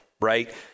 right